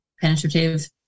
penetrative